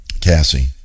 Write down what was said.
Cassie